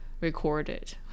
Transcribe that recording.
recorded